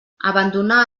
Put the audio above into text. abandonar